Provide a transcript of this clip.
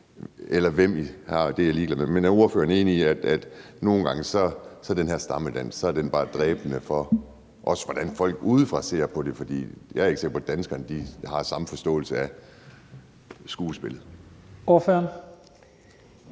eller hvem I har; det er jeg ligeglad med. Men er ordføreren enig i, at nogle gange er den her stammedans bare dræbende, også for, hvordan folk udefra ser på det, for jeg er ikke sikker på, at danskerne har samme forståelse af skuespillet?